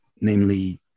namely